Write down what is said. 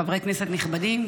חברי כנסת נכבדים,